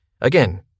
Again